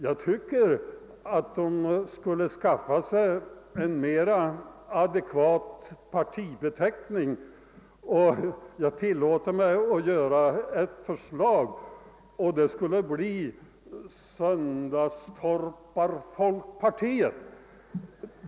Jag tycker att de borde skaffa sig en mer adekvat partibeteckning. Jag tillåter mig att komma med förslaget »söndagstorparfolkpartiet».